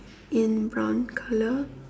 in brown colour